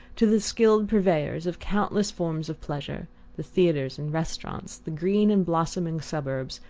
to the skilled purveyors of countless forms of pleasure the theatres and restaurants, the green and blossoming suburbs,